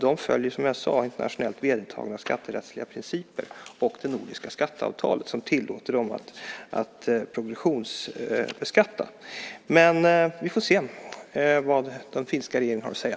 De följer, som jag sade, internationellt vedertagna skatterättsliga principer samt det nordiska skatteavtalet som tillåter dem att progressionsbeskatta. Vi får väl se vad den finska regeringen har att säga.